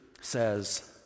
says